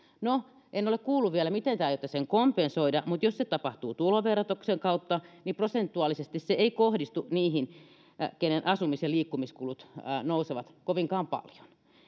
no en ole kuullut vielä miten te aiotte sen kompensoida mutta jos se tapahtuu tuloverotuksen kautta niin prosentuaalisesti se ei kohdistu niihin keiden asumis ja liikkumiskulut nousevat kovinkaan paljon